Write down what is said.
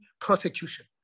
prosecution